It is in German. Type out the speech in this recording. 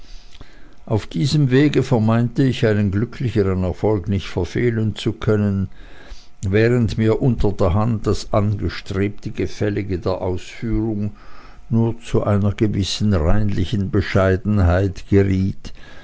auf diesem wege vermeinte ich einen glücklichern erfolg nicht verfehlen zu können während mir unterderhand das angestrebte gefällige der ausführung nur zu einer gewissen reinlichen bescheidenheit geriet